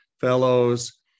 fellows